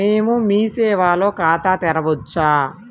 మేము మీ సేవలో ఖాతా తెరవవచ్చా?